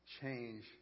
change